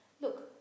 Look